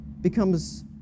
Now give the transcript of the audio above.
becomes